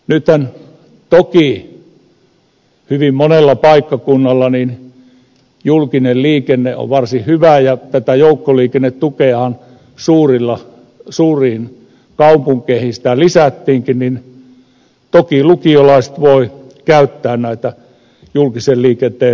nythän toki hyvin monella paikkakunnalla julkinen liikenne on varsin hyvä ja tätä joukkoliikennetukeahan lisättiinkin suuriin kaupunkeihin joissa toki lukiolaiset voivat käyttää näitä julkisen liikenteen palveluja